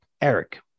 Eric